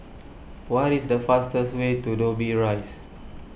what is the fastest way to Dobbie Rise